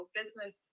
business